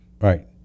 Right